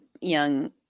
young